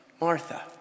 Martha